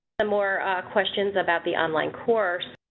ah more questions about the online course.